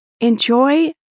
Enjoy